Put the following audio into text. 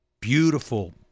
beautiful